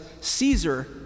Caesar